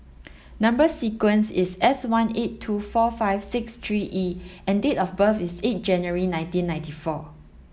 number sequence is S one eight two four five six three E and date of birth is eight January nineteen ninety four